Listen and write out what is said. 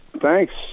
Thanks